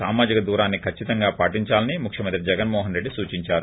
సామాజిక దూరాన్ని కచ్చితంగా పాటిందాలని ముఖ్యమంత్రి జగన్మోహన రెడ్డి సూచించారు